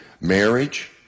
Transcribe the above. marriage